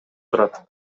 турат